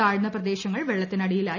താഴ്ന്ന പ്രദേശങ്ങൾ വെള്ളത്തിനടിയിലൂയി